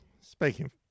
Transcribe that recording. speaking